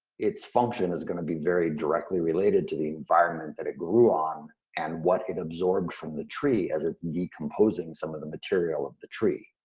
it's function is gonna be very directly related to the environment that it grew on and what it absorbed from the tree as it's decomposing some of the material of the tree.